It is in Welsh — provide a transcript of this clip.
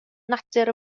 natur